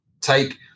take